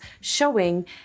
showing